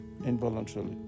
involuntarily